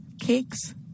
cakes